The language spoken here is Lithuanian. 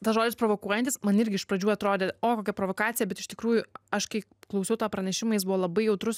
tas žodis provokuojantis man irgi iš pradžių atrodė o kokia provokacija bet iš tikrųjų aš kai klausiau tą pranešimą jis buvo labai jautrus